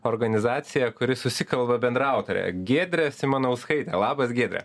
organizacija kuri susikalba bendraautorę giedrę simanauskaitę labas giedre